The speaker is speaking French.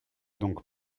donc